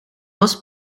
was